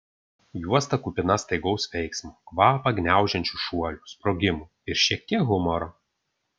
juosta kupina staigaus veiksmo kvapą gniaužiančių šuolių sprogimų ir šiek tiek humoro